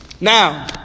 Now